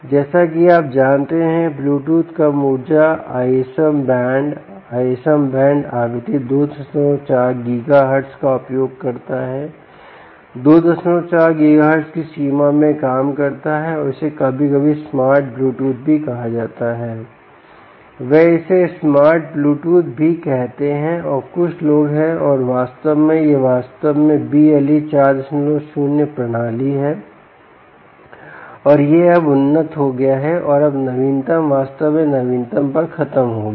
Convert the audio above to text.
जैसा कि आप जानते हैं कि ब्लूटूथ कम ऊर्जा आईएसएम बैंड आईएसएम बैंड आवृत्ति 24 गीगाहर्ट्ज़ का उपयोग करता है 24 गीगाहर्ट्ज़ की सीमा में काम करता है और इसे कभी कभी स्मार्ट ब्लूटूथ भी कहा जाता है वे इसे स्मार्ट ब्लूटूथ भी कहते हैं और कुछ लोग हैं और वास्तव में यह वास्तव में BLE 40 प्रणाली है और यह अब उन्नत हो गया है और अब नवीनतम वास्तव में नवीनतम पर खत्म हो गया है